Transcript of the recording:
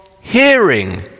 hearing